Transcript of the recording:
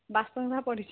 ବାସନ ଗୁଡ଼ା ପଡ଼ିଛି